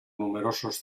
numerosos